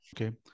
Okay